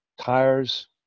tires